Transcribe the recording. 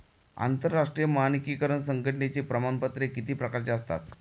आंतरराष्ट्रीय मानकीकरण संघटनेची प्रमाणपत्रे किती प्रकारची असतात?